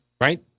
right